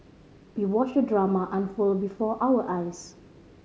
we watched the drama unfold before our eyes